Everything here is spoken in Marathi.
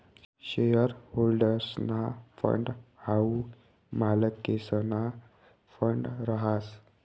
शेअर होल्डर्सना फंड हाऊ मालकेसना फंड रहास